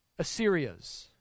Assyrias